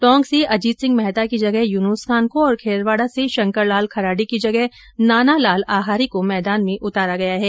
टोंक से अजीत सिंह मेहता की जगह यूनुस खान को और खेरवाडा से शंकर लाल खराडी की जगह नानालाल आहारी को मैदान में उतारा गया है